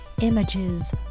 images